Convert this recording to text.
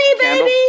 baby